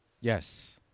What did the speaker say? Yes